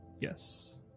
Yes